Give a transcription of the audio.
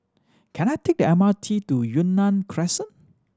can I take the M R T to Yunnan Crescent